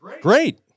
Great